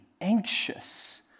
anxious